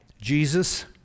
Jesus